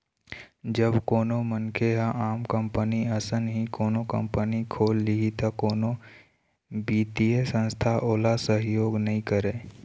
जब कोनो मनखे ह आम कंपनी असन ही कोनो कंपनी खोल लिही त कोनो बित्तीय संस्था ओला सहयोग नइ करय